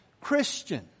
Christian